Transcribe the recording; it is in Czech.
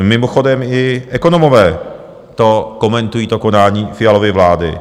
Mimochodem, i ekonomové komentují konání Fialovy vlády.